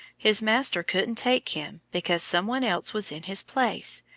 his master couldn't take him, because some one else was in his place,